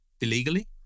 illegally